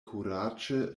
kuraĝe